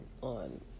on